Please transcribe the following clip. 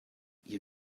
you